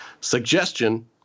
Suggestion